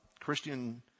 Christian